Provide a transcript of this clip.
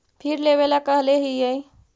फिर लेवेला कहले हियै?